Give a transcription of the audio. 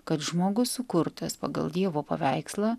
kad žmogus sukurtas pagal dievo paveikslą